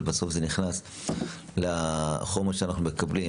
אבל בסוף זה נכנס לחומר שאנחנו מקבלים,